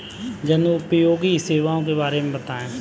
जनोपयोगी सेवाओं के बारे में बताएँ?